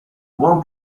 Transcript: buon